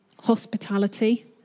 hospitality